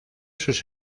sus